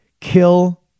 kill